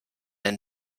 ein